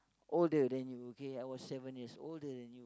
older than you okay I was seven years older than you